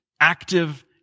active